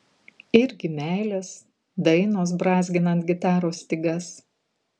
irgi meilės dainos brązginant gitaros stygas